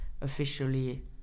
officially